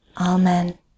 Amen